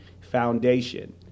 foundation